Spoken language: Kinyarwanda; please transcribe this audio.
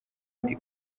ati